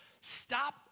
Stop